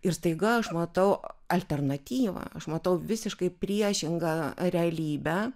ir staiga aš matau alternatyvą aš matau visiškai priešingą realybę